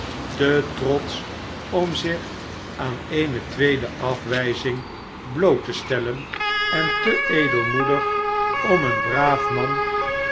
te trotsch om zich aan ene tweede afwijzing bloot te stellen en te edelmoedig om een braaf man